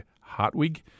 Hartwig